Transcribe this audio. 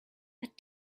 but